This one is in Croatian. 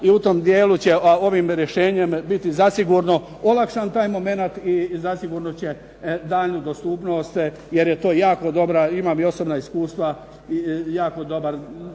i u tom dijelu će ovim rješenjem biti zasigurno olakšan taj momenat i zasigurno će daljnju dostupnost jer je to jako dobra, imam i osobna iskustva, jako dobar